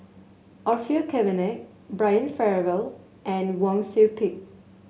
Orfeur Cavenagh Brian Farrell and Wang Sui Pick